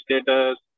status